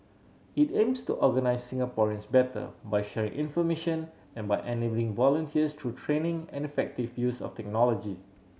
it aims to organise Singaporeans better by sharing information and by enabling volunteers through training and effective use of technology